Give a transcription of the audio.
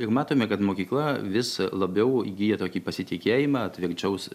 ir matome kad mokykla vis labiau įgyja tokį pasitikėjimą tvirčiausi